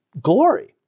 glory